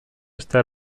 está